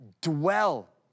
Dwell